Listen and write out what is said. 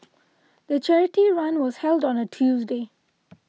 the charity run was held on a Tuesday